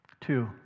Two